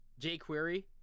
jQuery